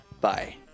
Bye